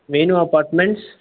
మిను apartments